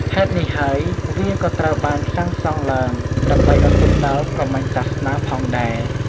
ហេតុនេះហើយវាក៏ត្រូវបានសាងសង់ឡើង ដើម្បីឧទ្ទិសដល់ព្រហ្មញ្ញសាសនា ផងដែរ។